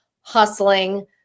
hustling